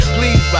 Please